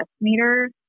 meter